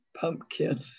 pumpkin